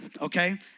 okay